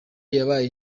yabaye